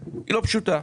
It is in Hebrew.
לא פשוטה.